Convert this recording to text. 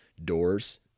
Doors